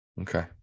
Okay